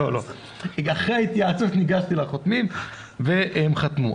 אחרי ההתייעצות ניגשתי לחותמים והם חתמו.